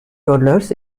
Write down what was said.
toddlers